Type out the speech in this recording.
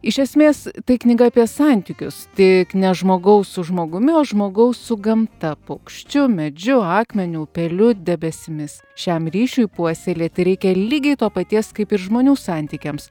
iš esmės tai knyga apie santykius tik ne žmogaus su žmogumi o žmogaus su gamta paukščiu medžiu akmeniu upeliu debesimis šiam ryšiui puoselėti reikia lygiai to paties kaip ir žmonių santykiams